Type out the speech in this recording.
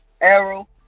Arrow